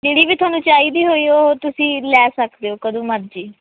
ਜਿਹੜੀ ਵੀ ਤੁਹਾਨੂੰ ਚਾਹੀਦੀ ਹੋਈ ਉਹ ਤੁਸੀਂ ਲੈ ਸਕਦੇ ਹੋ ਕਦੋਂ ਮਰਜ਼ੀ